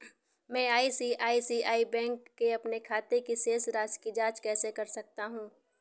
मैं ICICI bank के अपने खाते की शेष राशि की जाँच कैसे कर सकता हूँ?